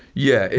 yeah. you